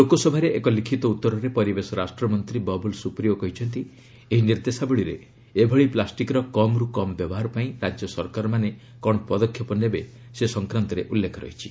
ଲୋକସଭାରେ ଏକ ଲିଖିତ ଉତ୍ତରରେ ପରିବେଶ ରାଷ୍ଟ୍ରମନ୍ତ୍ରୀ ବାବୁଲ ସୁପ୍ରିଓ କହିଛନ୍ତି ଏହି ନିର୍ଦ୍ଦେଶାବଳୀରେ ଏଭଳି ପ୍ଲାଷ୍ଟିକର କମ୍ ରୁ କମ୍ ବ୍ୟବହାର ପାଇଁ ରାଜ୍ୟ ସରକାରମାନେ କ'ଣ ପଦକ୍ଷେପ ନେବେ ସେ ସଂକ୍ରାନ୍ତରେ ଉଲ୍ଲେଖ ରହିଛି